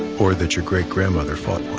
or that your great grandmother fought